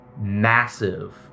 massive